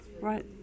Right